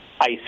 Ice